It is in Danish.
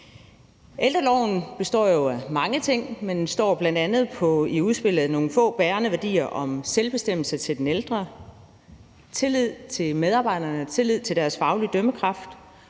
Ældreloven består jo af mange ting, og den består bl.a. i udspillet af nogle få bærende værdier om selvbestemmelse til den ældre, tillid til medarbejderne, tillid til deres faglige dømmekraft